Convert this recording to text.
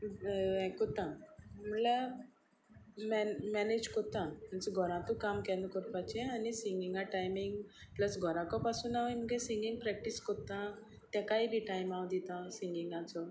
हें करता म्हणल्यार मॅन मॅनेज करता म्हणजे घरांतू काम केन्ना करपाचें आनी सिंगिंगा टायमींग प्लस घराको पासून हांव म्हजें सिंगिंग प्रॅक्टीस करता ताकाय बी टायम हांव दितां सिंगींगाचो